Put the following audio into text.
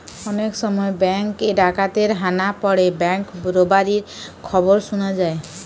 অনেক সময় বেঙ্ক এ ডাকাতের হানা পড়ে ব্যাঙ্ক রোবারির খবর শুনা যায়